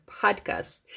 podcast